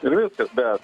ir viskas bet